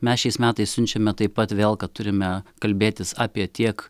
mes šiais metais siunčiame taip pat vėl kad turime kalbėtis apie tiek